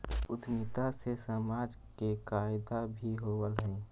उद्यमिता से समाज के फायदा भी होवऽ हई